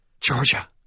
Georgia